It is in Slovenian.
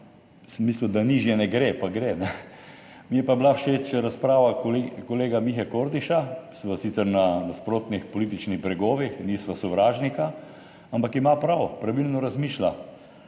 mislil, da nižje ne gre. Pa gre. Mi je pa bila všeč razprava kolega Mihe Kordiša, sva sicer na nasprotnih političnih bregovih, nisva sovražnika, ampak ima prav, pravilno razmišlja.